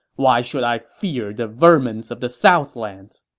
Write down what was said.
why should i fear the vermins of the southlands!